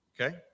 Okay